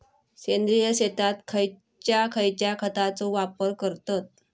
सेंद्रिय शेतात खयच्या खयच्या खतांचो वापर करतत?